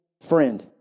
friend